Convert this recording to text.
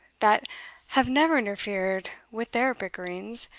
that have never interfered with their bickerings,